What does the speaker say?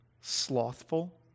Slothful